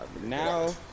Now